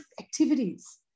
activities